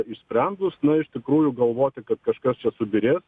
išsprendus na iš tikrųjų galvoti kad kažkas čia subyrės